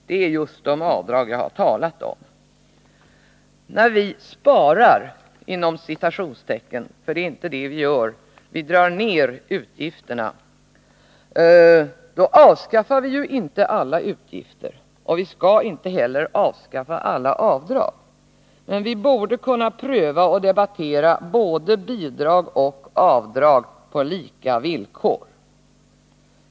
Det är just de avdrag som jag har talat om. När vi ”sparar” — det är inte det vi gör, för vi drar ner utgifterna — avskaffar vi ju inte alla utgifter, och vi skall inte heller avskaffa alla avdrag. Men vi borde kunna pröva och debattera både bidrag och avdrag på lika villkor.